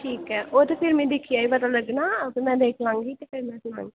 ठीक ऐ ओह् फिर मिगी दिक्खियै पता लग्गना ते में आई